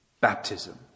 baptism